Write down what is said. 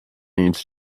needs